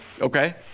Okay